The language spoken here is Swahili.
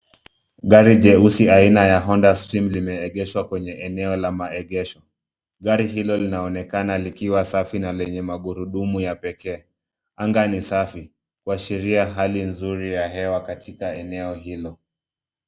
Gari jeusi aina ya honda spring limeegeshwa kwenye eneo la maegesho. Gari hilo linaonekana likiwa safi na lenye magurudumu ya pekee. Anga ni safi kuashiria hali nzuri ya hewa katika eneo hilo.